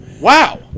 wow